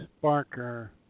Barker